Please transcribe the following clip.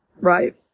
right